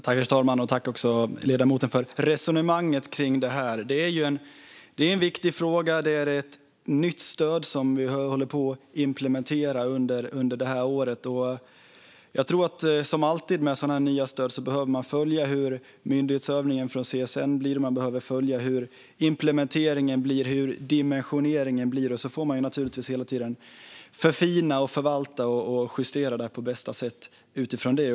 Herr talman! Tack, ledamoten, för resonemanget om detta! Det är en viktig fråga. Det är ett nytt stöd som vi håller på att implementera under det här året. Som alltid med nya stöd behöver man följa hur myndighetsövningen blir, i det här fallet från CSN, och man behöver följa hur implementeringen och dimensioneringen blir. Sedan får man naturligtvis hela tiden förfina, förvalta och justera detta på bästa sätt utifrån det.